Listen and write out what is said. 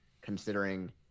considering